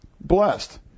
blessed